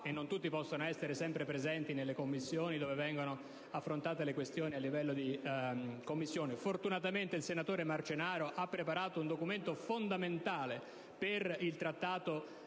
e non tutti possono essere sempre presenti nelle Commissioni dove vengono affrontate le questioni; fortunatamente, il senatore Marcenaro ha preparato un documento fondamentale per il trattato